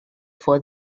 for